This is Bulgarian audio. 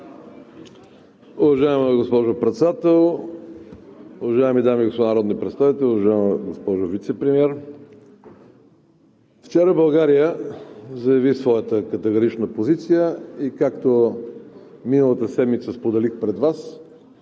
Уважаема госпожо Председател, уважаеми дами и господа народни представители, уважаема госпожо Вицепремиер! Вчера България заяви своята категорична позиция и, както миналата седмица споделих пред Вас,